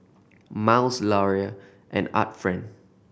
Miles Laurier and Art Friend